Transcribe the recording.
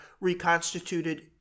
reconstituted